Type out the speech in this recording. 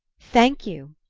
thank you!